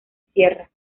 sierra